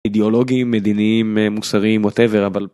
אידאולוגיים, מדיניים, מוסריים, ווטאבר, אבל...